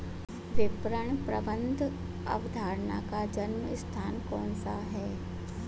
विपणन प्रबंध अवधारणा का जन्म स्थान कौन सा है?